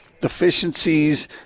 deficiencies